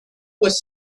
was